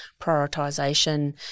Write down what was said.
prioritisation